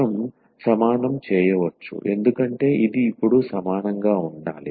మనం సమానం చేయవచ్చు ఎందుకంటే ఇది ఇప్పుడు సమానంగా ఉండాలి